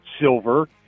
silver